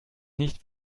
nicht